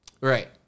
Right